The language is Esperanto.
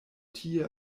tie